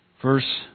Verse